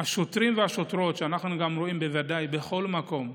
שהשוטרים והשוטרות שאנחנו רואים בכל מקום,